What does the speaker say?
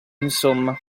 insomma